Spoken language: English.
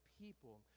people